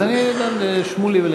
אז אתן לשמולי ולך.